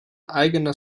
eigener